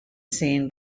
seen